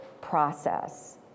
process